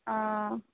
हाँ